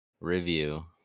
review